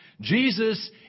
Jesus